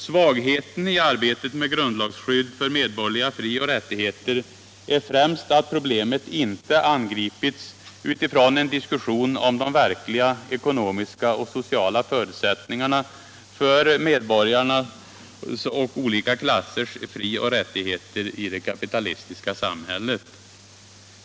Svagheten i arbetet med grundlagsskydd för medborgerliga frioch rättigheter är främst att problemet inte angripits utifrån en diskussion om de verkliga ckonomiska och sociala förutsättningarna för medborgarnas och olika klassers frioch rättigheter i det kapitalistiska samhället.